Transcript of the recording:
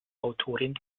autorin